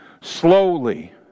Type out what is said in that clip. slowly